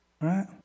right